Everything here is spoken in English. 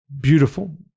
Beautiful